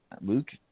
Luke